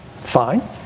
Fine